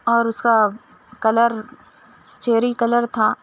اور اُس کا کلر چیری کلر تھا